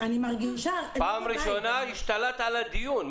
פעם ראשונה השתלטת על הדיון.